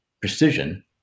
precision